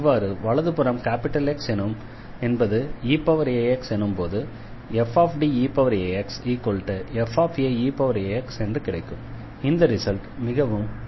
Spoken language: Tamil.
இவ்வாறு வலது புறம் X என்பது eaxஎனும்போது fDeaxfaeax என்று கிடைக்கும் இந்த ரிசல்ட் மிகவும் உபயோகமானதாகும்